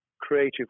creative